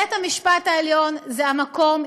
בית-המשפט העליון זה המקום,